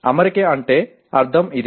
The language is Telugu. అమరిక అంటే అర్థం ఇదే